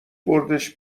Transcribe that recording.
بردش